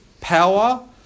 power